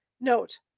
Note